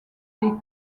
des